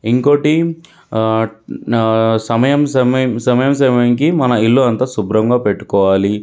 ఇంకోకటి నా సమయం సమయం సమయం సమయానికి మన ఇల్లు అంతా శుభ్రంగా పెట్టుకోవాలి